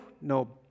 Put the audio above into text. no